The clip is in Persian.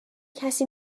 کسی